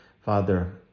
Father